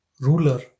ruler